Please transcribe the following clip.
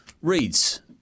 reads